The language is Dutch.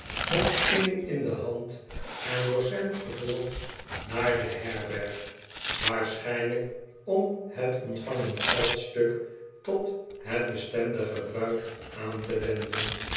met den shilling in de hand en door sam gevolgd naar de herberg waarsehijnlijk om het ontvangen geldstuk tot het bestemde gebruik aan te wenden